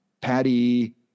Patty